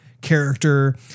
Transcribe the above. character